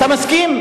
אתה מסכים?